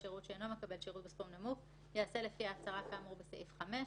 ובלא שיאמת את פרטי הזיהוי אם נדרש לכך לפי סעיף 4,